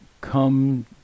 come